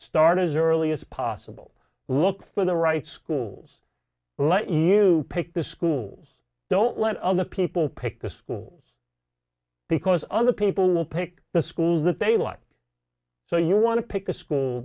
started early as possible look for the right schools let you pick the schools don't let other people pick the schools because other people will pick the schools that they like so you want to pick a school